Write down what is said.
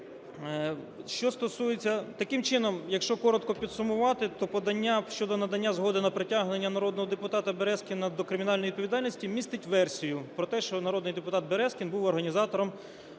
Що стосується… Таким чином, якщо коротко підсумувати, то подання щодо надання згоди на притягнення народного депутата Березкіна до кримінальної відповідальності містить версію про те, що народний депутат Березкін був організатором